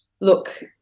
look